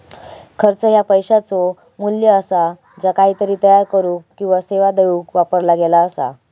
खर्च ह्या पैशाचो मू्ल्य असा ज्या काहीतरी तयार करुक किंवा सेवा देऊक वापरला गेला असा